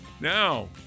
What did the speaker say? Now